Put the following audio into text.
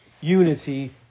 unity